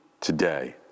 today